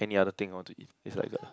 any other thing you want to eat is like the